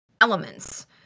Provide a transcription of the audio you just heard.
elements